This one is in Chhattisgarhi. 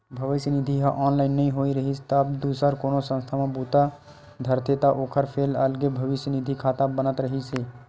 भविस्य निधि ह ऑनलाइन नइ होए रिहिस हे तब दूसर कोनो संस्था म बूता धरथे त ओखर फेर अलगे भविस्य निधि खाता बनत रिहिस हे